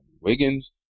Wiggins